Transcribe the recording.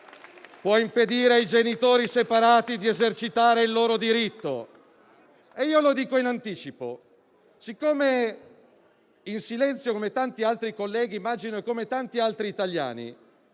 può impedire ai genitori separati di esercitare il loro diritto. Lo dico in anticipo: siccome in silenzio, come tanti altri colleghi - immagino - e tanti altri italiani,